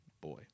boy